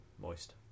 moist